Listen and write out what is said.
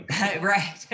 Right